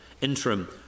interim